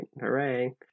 hooray